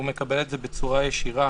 והוא מקבל את זה בצורה ישירה.